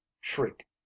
Shriek